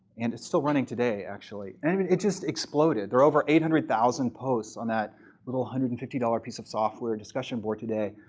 and it's still running today, actually. and i mean it just exploded. there are over eight hundred thousand posts on that little one hundred and fifty dollars piece of software, discussion board today.